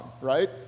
right